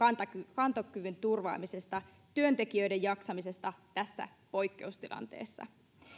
kantokyvyn turvaamisesta työntekijöiden jaksamisesta tässä poikkeustilanteessa